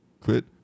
Quit